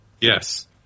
Yes